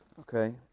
Okay